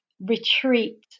retreat